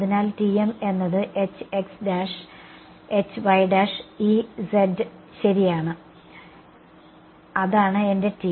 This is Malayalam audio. അതിനാൽ TM എന്നത് ശരിയാണ് അതാണ് എന്റെ TM